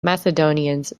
macedonians